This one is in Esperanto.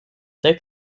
dek